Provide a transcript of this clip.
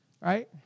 Right